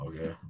Okay